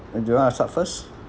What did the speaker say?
and do you want to start first